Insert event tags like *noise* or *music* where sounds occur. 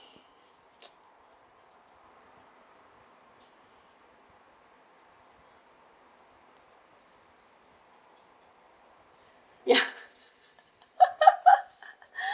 ya *laughs*